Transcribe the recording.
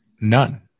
none